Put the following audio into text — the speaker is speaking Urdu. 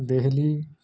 دہلی